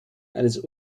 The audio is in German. eines